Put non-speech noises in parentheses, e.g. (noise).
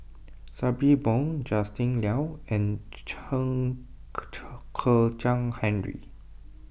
Sabri Buang Justin Liao and Chen (unintelligible) Kezhan Henri